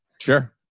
Sure